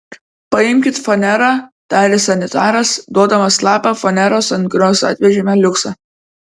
paimkit fanerą tarė sanitaras duodamas lapą faneros ant kurios atvežėme liuksą